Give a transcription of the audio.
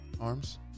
Arms